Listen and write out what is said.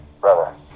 Brother